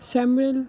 ਸੈਮਿਲ